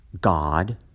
God